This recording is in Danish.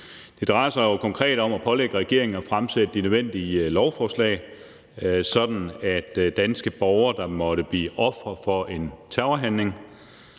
Det drejer sig konkret om at pålægge regeringen at fremsætte de nødvendige lovforslag, sådan at danske borgere, der måtte blive ofre for en terrorhandling